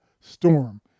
storm